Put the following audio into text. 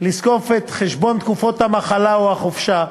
חשבון תקופות המחלה או החופשה,